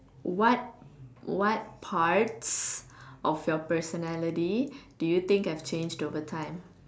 what what parts of your personality do you think have changed over time